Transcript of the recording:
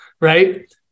Right